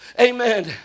Amen